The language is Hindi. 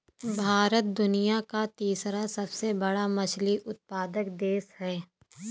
भारत दुनिया का तीसरा सबसे बड़ा मछली उत्पादक देश है